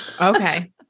Okay